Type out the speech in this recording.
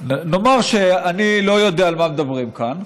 נאמר שאני לא יודע על מה מדברים כאן,